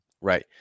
Right